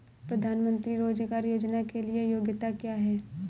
प्रधानमंत्री रोज़गार योजना के लिए योग्यता क्या है?